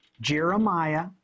Jeremiah